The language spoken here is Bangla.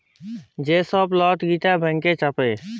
যে ছব লট গিলা ব্যাংক ছাপে